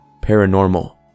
paranormal